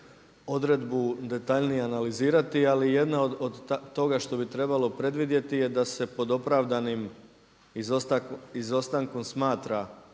odredbu detaljnije analizirati ali jedna od toga što bi trebalo predvidjeti je da se pod opravdanim izostankom smatra